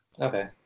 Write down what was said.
Okay